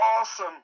awesome